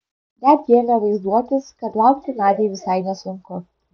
netgi ėmė vaizduotis kad laukti nadiai visai nesunku